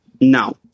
No